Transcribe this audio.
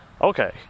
Okay